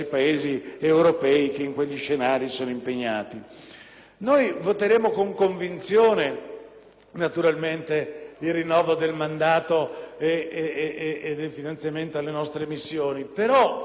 convinzione il rinnovo del mandato e del finanziamento alle nostre missioni, però pensiamo che oggi ci sia un'azione del Governo radicalmente insufficiente dal punto di vista